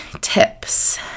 tips